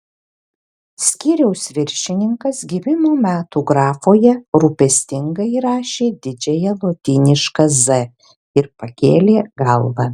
skyriaus viršininkas gimimo metų grafoje rūpestingai įrašė didžiąją lotynišką z ir pakėlė galvą